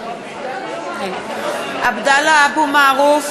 (קוראת בשמות חברי הכנסת) עבדאללה אבו מערוף,